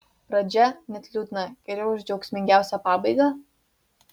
pradžia net liūdna geriau už džiaugsmingiausią pabaigą